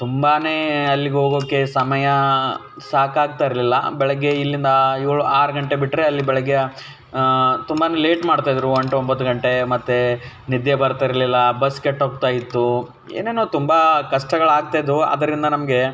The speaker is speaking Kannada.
ತುಂಬನೇ ಅಲ್ಲಿಗೆ ಹೋಗೋಕ್ಕೆ ಸಮಯ ಸಾಕಾಗ್ತಾ ಇರಲಿಲ್ಲ ಬೆಳಗ್ಗೆ ಇಲ್ಲಿಂದ ಏಳು ಆರು ಗಂಟೆ ಬಿಟ್ಟರೆ ಅಲ್ಲಿ ಬೆಳಗ್ಗೆ ತುಂಬನೇ ಲೇಟ್ ಮಾಡ್ತಾಯಿದ್ರು ಎಂಟು ಒಂಬತ್ತು ಗಂಟೆ ಮತ್ತೆ ನಿದ್ದೆ ಬರ್ತಾ ಇರಲಿಲ್ಲ ಬಸ್ ಕೆಟ್ಟೋಗ್ತಾಯಿತ್ತು ಏನೇನೋ ತುಂಬ ಕಷ್ಟಗಳು ಆಗ್ತಾಯಿದ್ವು ಅದರಿಂದ ನಮಗೆ